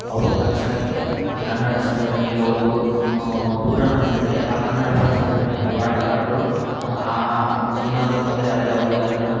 ಅವರು ತಕ್ಷಣಕ್ಕೆ ಆ ಕನ್ನಡ ಸಂಘಟನೆಗೆ ಒಂದು ದೂರನ್ನು ನೀಡಿದರೆ ಆ ಕನ್ನಡ ಪರ ಸಂಘಟನೆಯ ಹೋರಾಟಗಾರರು ಆ ಏನಾದರೂ ತೊಂದರೆ ಆದರೆ ಅವರಿಗೆ ಅದನ್ನು